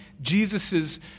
Jesus's